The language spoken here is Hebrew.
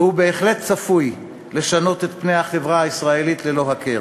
והוא בהחלט צפוי לשנות את פני החברה הישראלית ללא הכר.